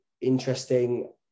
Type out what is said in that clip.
interesting